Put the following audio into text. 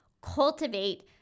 cultivate